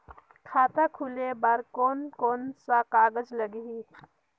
खाता खुले बार कोन कोन सा कागज़ लगही?